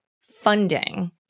funding